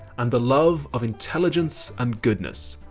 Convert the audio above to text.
and the love of intelligence and goodness.